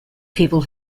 people